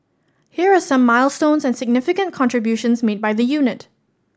here are some milestones and significant contributions made by the unit